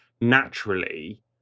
naturally